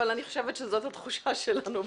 אבל אני חושבת שזאת התחושה שלנו.